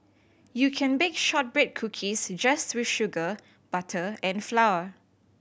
you can bake shortbread cookies just with sugar butter and flour